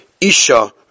isha